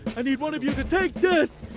i need one of you to take this,